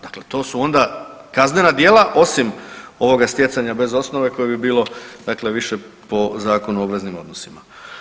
Dakle, to su onda kaznena djela, osim ovoga stjecanja bez osnove koje bi bilo dakle više po Zakonu o obveznim odnosima.